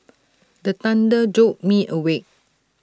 the thunder jolt me awake